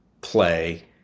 play